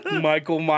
Michael